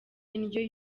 indyo